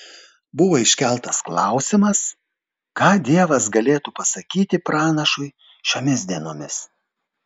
buvo iškeltas klausimas ką dievas galėtų pasakyti pranašui šiomis dienomis